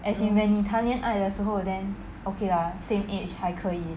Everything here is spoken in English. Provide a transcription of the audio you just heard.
as in when 你谈恋爱的时后 then okay lah same age 还可以